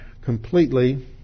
completely